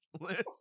list